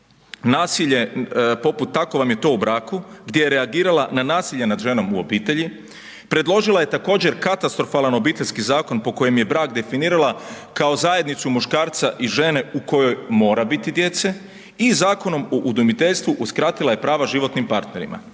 nasilje, poput tako vam je to u braku, gdje je reagirala na nasilje nad ženom u obitelji, predložila je također katastrofalan Obiteljski zakon po kojem je brak definirala kao zajednicu muškarca i žene u kojoj mora biti djece i Zakonom o udomiteljstvu uskratila je prava životnim partnerima.